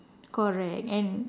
correct and